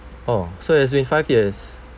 oh so it has been five years